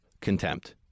contempt